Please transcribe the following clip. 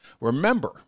Remember